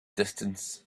distance